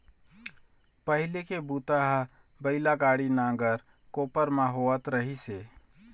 पहिली के बूता ह बइला गाड़ी, नांगर, कोपर म होवत रहिस हे